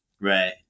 right